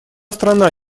страна